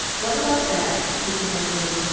what about that? he demanded.